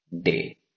day